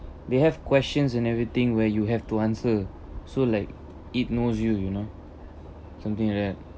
they have questions and everything where you have to answer so like it knows you you know something like that